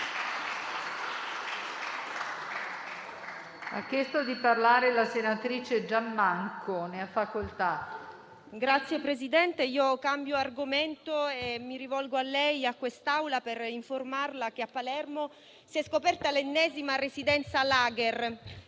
Signor Presidente, io cambio argomento e mi rivolgo a lei e a quest'Assemblea per informarla che a Palermo è stata scoperta l'ennesima residenza *lager*,